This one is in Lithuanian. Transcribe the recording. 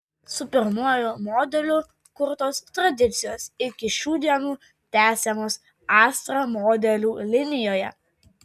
su pirmuoju modeliu kurtos tradicijos iki šių dienų tęsiamos astra modelių linijoje